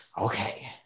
Okay